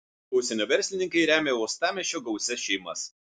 užsienio verslininkai remia uostamiesčio gausias šeimas